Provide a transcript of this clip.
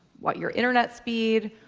what your internet speed,